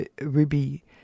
Ruby